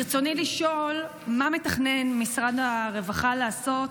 רצוני לשאול: מה מתכנן משרד הרווחה לעשות